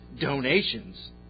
donations